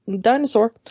dinosaur